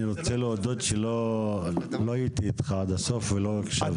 אני רוצה להודות שלא הייתי איתך עד הסוף ולא הקשבתי.